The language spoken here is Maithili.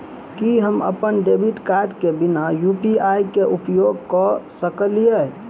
की हम अप्पन डेबिट कार्ड केँ बिना यु.पी.आई केँ उपयोग करऽ सकलिये?